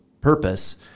purpose